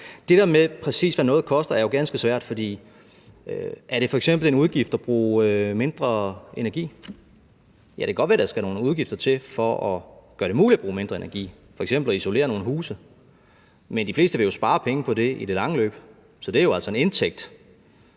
at sige, præcis hvad noget koster, er jo ganske svært, for er det f.eks. en udgift at bruge mindre energi? Ja, det kan godt være, at der skal nogle udgifter til for at gøre det muligt at bruge mindre energi, f.eks. at isolere nogle huse, men de fleste vil jo spare penge på det i det lange løb, så det er jo altså en indtægt.